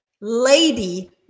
Lady